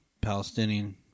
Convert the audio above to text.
Palestinian